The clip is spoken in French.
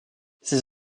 ses